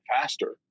faster